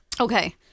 Okay